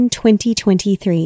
2023